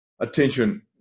attention